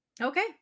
Okay